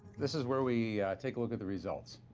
this is where we take a look at the results.